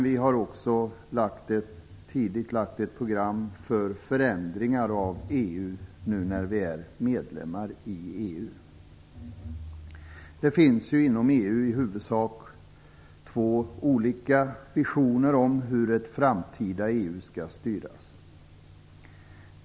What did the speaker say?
Vi har också tidigt lagt fram ett program för förändringar av EU, nu när vi är medlemmar. Det finns inom EU i huvudsak två olika visioner om hur ett framtida EU skall styras.